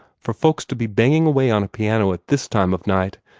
for folks to be banging away on a piano at this time of night.